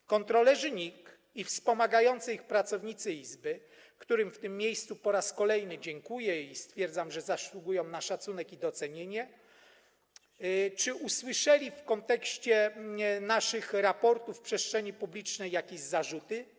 Czy kontrolerzy NIK i wspomagający ich pracownicy Izby, którym w tym miejscu po raz kolejny dziękuję - i stwierdzam, że zasługują na szacunek i docenienie - usłyszeli w kontekście naszych raportów w przestrzeni publicznej jakieś zarzuty?